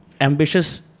ambitious